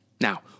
Now